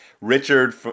Richard